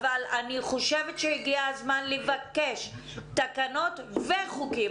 אבל אני חושבת שהגיע הזמן לבקש תקנות וחוקים.